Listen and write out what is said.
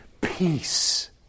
Peace